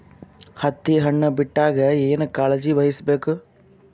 ಹತ್ತಿ ಹಣ್ಣು ಬಿಟ್ಟಾಗ ಏನ ಕಾಳಜಿ ವಹಿಸ ಬೇಕು?